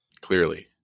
clearly